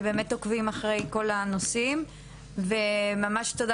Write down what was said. שבאמת עוקבים אחרי כל הנושאים וממש תודה